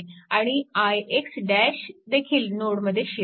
आणि ix देखील node मध्ये शिरत आहे